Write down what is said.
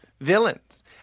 villains